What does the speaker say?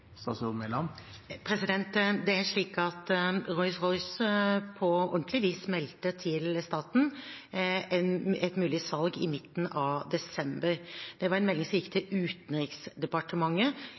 Det er slik at Rolls-Royce, på ordentlig vis, meldte til staten et mulig salg i midten av desember. Det var en melding som gikk til